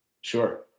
Sure